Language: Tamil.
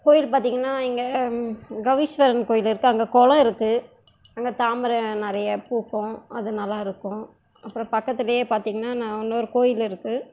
கோயில் பார்த்தீங்கன்னா இங்கே கபீஸ்வரன் கோயில் இருக்குது அங்கே குளம் இருக்குது அங்கே தாமரை நிறைய பூக்கும் அது நல்லாயிருக்கும் அப்புறம் பக்கத்திலியே பார்த்தீங்கன்னா நான் இன்னொரு கோயில் இருக்குது